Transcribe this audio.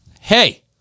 hey